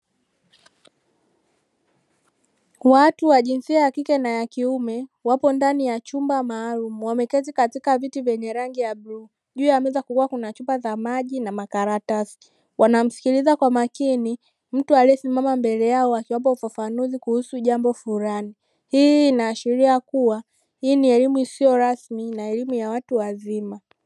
Watu wa jinsia ya kike na ya kiume wapo ndani ya chumba maalumu, wameketi katika viti vyenye rangi ya bluu; juu ya meza kukiwa kuna chupa za maji na makaratasi, wanamsikiliza kwa makini mtu aliyesimama mbele yao akiwapa ufafanuzi juu ya jambo fulani. Hii inaashiria kuwa hii ni elimu isiyo rasmi na elimu ya watu wazima.